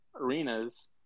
arenas